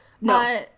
No